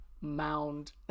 mound